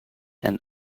and